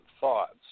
thoughts